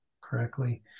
correctly